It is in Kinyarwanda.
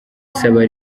isaba